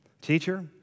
Teacher